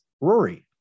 Rory